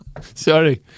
Sorry